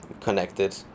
connected